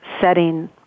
setting